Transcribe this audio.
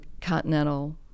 continental